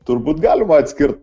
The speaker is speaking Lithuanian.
turbūt galima atskirt